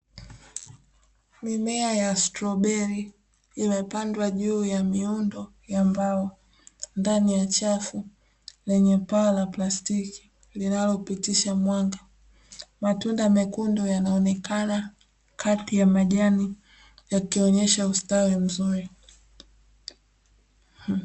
Mimea ya stoberi imepandwa juu ya miundo ya mbao, ndani ya chafu lenye paa la plastiki linalopitisha mwanga. Matunda Mekundu yanaonekana kati ya majani yakionesha ustawi mzuri.